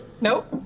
Nope